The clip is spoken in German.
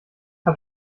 hat